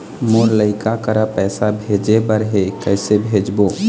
मोर लइका करा पैसा भेजें बर हे, कइसे भेजबो?